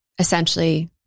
essentially